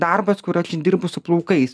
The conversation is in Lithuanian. darbas kur aš dirbu su plaukais